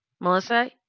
Melissa